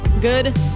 Good